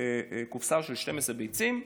קופסה של 12 ביצים,